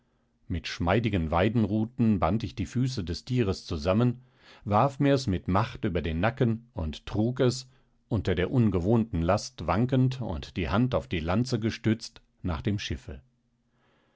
mit schmeidigen weidenruten band ich die füße des tieres zusammen warf mir's mit macht über den nacken und trug es unter der ungewohnten last wankend und die hand auf die lanze gestützt nach dem schiffe